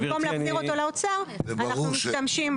במקום להחזיר אותו לאוצר, אנחנו משתמשים בו.